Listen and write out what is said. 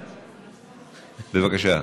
בבקשה.